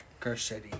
Garcetti